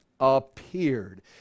appeared